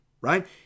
right